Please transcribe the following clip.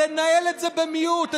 לנהל את זה במיעוט,